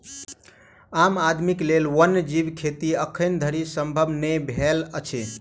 आम आदमीक लेल वन्य जीव खेती एखन धरि संभव नै भेल अछि